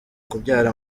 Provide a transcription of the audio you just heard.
kubyara